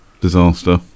disaster